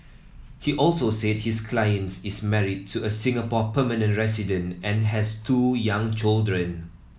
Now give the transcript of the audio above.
he also said his client is married to a Singapore permanent resident and has two young children